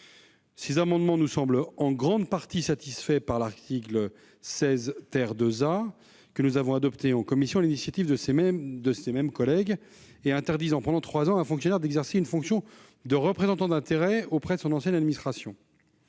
Ces amendements me semblent en grande partie satisfaits par l'article 16 AA, que nous avons adopté en commission sur l'initiative de leurs auteurs, interdisant, pendant trois ans, à un fonctionnaire d'exercer une fonction de représentant d'intérêts auprès de son ancienne administration.